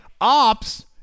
Ops